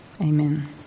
amen